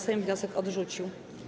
Sejm wniosek odrzucił.